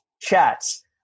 chats